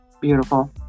Beautiful